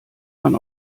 man